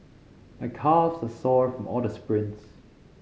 my calves are sore from all the sprints